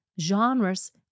genres